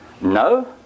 No